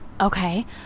okay